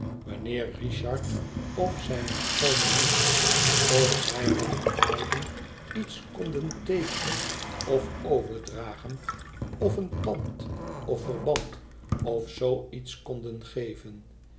richard of zijne schoone nicht of zij met hun beiden iets konden teekenen of overdragen of een pand of verband of zoo iets konden geven